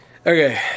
Okay